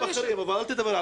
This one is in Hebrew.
אל תדבר על מוסר.